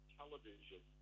television